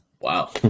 Wow